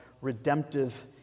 redemptive